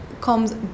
comes